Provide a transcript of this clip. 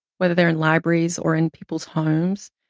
whether they're in libraries or in people's homes.